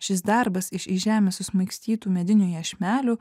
šis darbas iš į žemę susmaigstytų medinių iešmelių